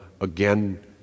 again